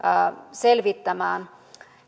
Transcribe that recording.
selvittämään